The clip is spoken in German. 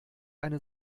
eine